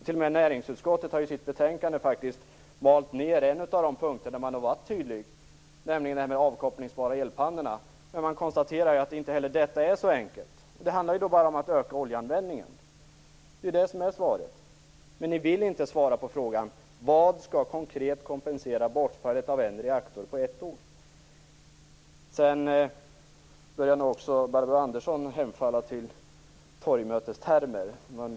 T.o.m. näringsutskottet har i sitt betänkande malt ned en av de punkter där man har varit tydlig, nämligen de avkopplingsbara elpannorna. Utskottet konstaterar att inte heller detta är så enkelt. Det handlar bara om att öka oljeanvändningen. Det är ju det som är svaret. Men ni vill inte svara på frågan: Vad skall konkret kompensera bortfallet av en reaktor på ett år? Sedan börjar Barbro Andersson också hemfalla åt torgmötestermer.